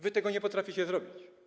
Wy tego nie potraficie zrobić.